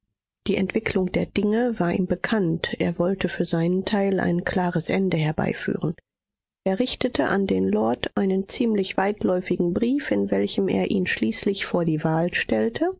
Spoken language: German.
die entwicklung der dinge war ihm bekannt er wollte für seinen teil ein klares ende herbeiführen er richtete an den lord einen ziemlich weitläufigen brief in welchem er ihn schließlich vor die wahl stellte